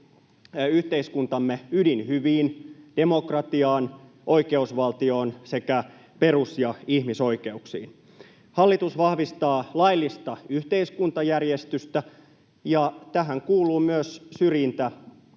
yhteiskuntamme ydinhyviin: demokratiaan, oikeusvaltioon sekä perus‑ ja ihmisoikeuksiin. Hallitus vahvistaa laillista yhteiskuntajärjestystä, ja tähän kuuluu myös syrjintäkiellon